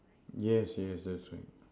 yes yes that's right